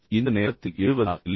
இந்த நேரத்தில் எழுவதா இல்லையா